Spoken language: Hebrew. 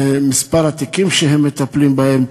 ומספר התיקים שהם מטפלים בהם,